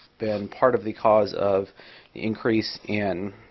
been part of the cause of increase in